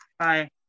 Hi